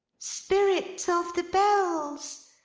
spirits of the bells.